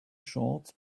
shorts